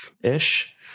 ish